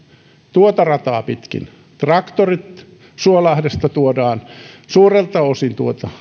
tuota rataa pitkin traktorit suolahdesta tuodaan suurelta osin